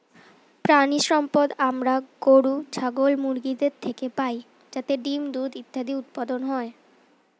প্রাণিসম্পদ আমরা গরু, ছাগল, মুরগিদের থেকে পাই যাতে ডিম্, দুধ ইত্যাদি উৎপাদন হয়